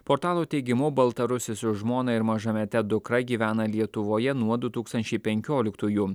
portalo teigimu baltarusis su žmona ir mažamete dukra gyvena lietuvoje nuo du tūkstančiai penkioliktųjų